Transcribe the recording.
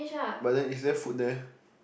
but then is there food there